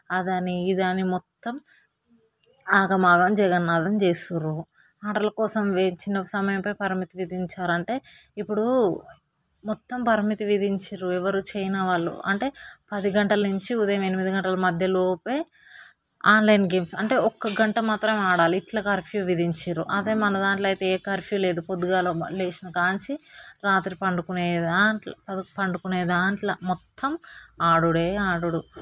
అది అని ఇదని మొత్తం ఆగమాగం జగన్నాథం చేస్తుర్రు ఆటల కోసం వేచిన సమయం పరమితం విధించారు అంటే ఇప్పుడు మొత్తం పరిమితి విధించిర్రు ఎవరు చైనా వాళ్ళు అంటే పది గంటల నుంచి ఉదయం ఎనిమిది గంటల లోపే ఆన్లైన్ గేమ్స్ అంటే ఒక గంట మాత్రమే ఆడాలి ఇట్లా కర్ఫ్యూ విధించిర్రు అదే మన దాంట్లో అయితే ఏ కర్ఫ్యూ లేదు పొద్దుగాల లేచిన కాడ నుంచి రాత్రి పడుకునే దాకా పనుకునే దాకా మొత్తం ఆడుడే ఆడుడు